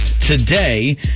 today